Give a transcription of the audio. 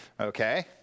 Okay